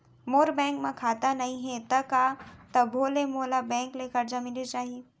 मोर bank म खाता नई हे त का तभो ले मोला बैंक ले करजा मिलिस जाही?